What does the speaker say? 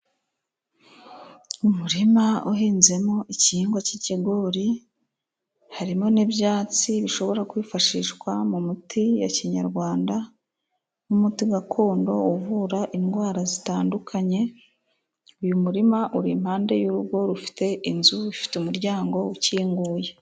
Umurima uhinzemo igihingwa cy'ikigori harimo n'ibyatsi bishobora kwifashishwa mu miti ya kinyarwanda, ni umuti gakondo uvura indwara zitandukanye, uyu murima uri iruhande rw'urugo rufite inzu ifite umuryango ukinguye.